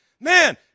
man